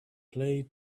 play